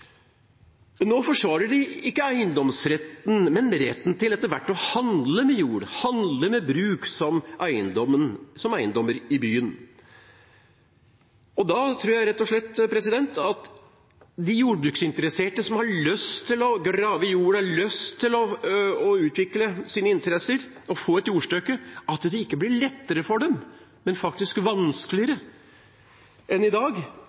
Nå forsvarer de ikke eiendomsretten, men retten til etter hvert å handle med jord, handle med bruk som med eiendommer i byen. Da tror jeg rett og slett at det for de jordbruksinteresserte som har lyst til å grave i jorda, lyst til å utvikle sine interesser og få et jordstykke, ikke blir lettere, men faktisk vanskeligere enn i dag,